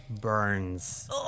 burns